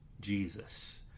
Jesus